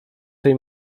tej